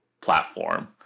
platform